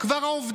הוא הצביע נגד.